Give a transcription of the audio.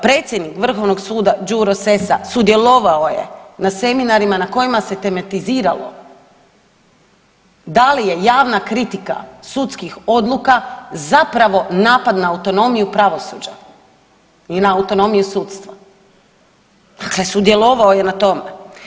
Predsjednik vrhovnog suda Đuro Sessa sudjelovao je na seminarima na kojima se tematiziralo da li je javna kritika sudskih odluka zapravo napad na autonomiju pravosuđa i na autonomiju sudstva, dakle sudjelovao je na tome.